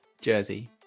jersey